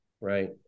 right